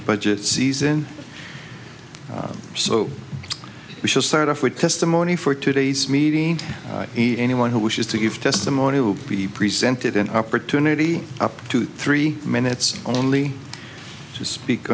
budget season so we should start off with testimony for today's meeting anyone who wishes to give testimony will be presented an opportunity up to three minutes only to speak